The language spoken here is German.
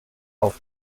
auf